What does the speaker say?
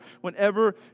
Whenever